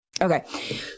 Okay